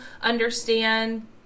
understand